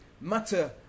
matter